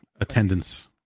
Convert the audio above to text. attendance